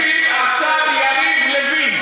ישיב: השר יריב לוין.